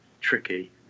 tricky